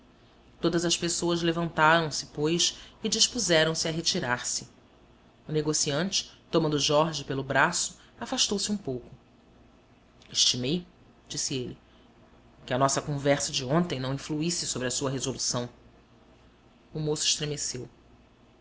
todas as pessoas levantaram-se pois e dispuseram-se a retirar-se o negociante tomando jorge pelo braço afastou-se um pouco estimei disse ele que a nossa conversa de ontem não influísse sobre a sua resolução o moço estremeceu